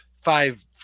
five